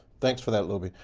thanks for that, luby.